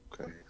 Okay